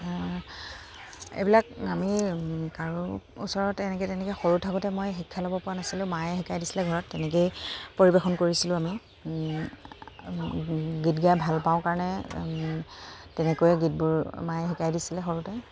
এইবিলাক আমি কাৰো ওচৰত এনেকৈ তেনেকৈ সৰু থাকোঁতে মই শিক্ষা ল'ব পৰা নাছিলোঁ মায়ে শিকাই দিছিলে ঘৰত তেনেকেই পৰিৱেশন কৰিছিলোঁ আমি গীত গাই ভাল পাওঁ কাৰণে তেনেকৈয়ে গীতবোৰ মায়ে শিকাই দিছিলে সৰুতে